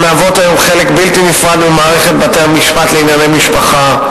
הן מהוות היום חלק בלתי נפרד ממערכת בתי-המשפט לענייני משפחה.